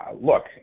Look